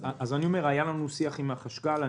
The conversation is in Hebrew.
היה לנו שיח עם החשכ"ל.